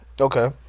okay